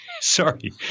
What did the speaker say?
Sorry